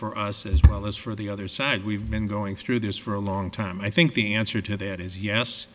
for us as well as for the other side we've been going through this for a long time i think the answer to that is yes